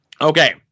Okay